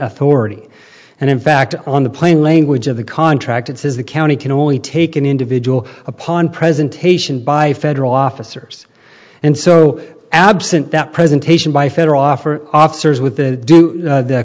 authority and in fact on the plain language of the contract it says the county can only take an individual upon presentation by federal officers and so absent that presentation by fedoroff or officers with the